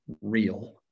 real